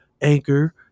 Anchor